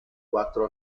quattro